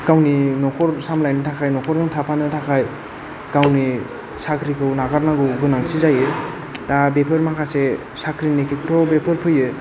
गावनि न'खर सामलायनायनि थाखाय न'खरजों थाफानो थाखाय गावनि साख्रिखौ नागारनांगौ गोनांथि जायो दा बेफोर माखासे साख्रिनि खेत्र'आव बेफोर फैयो